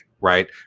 right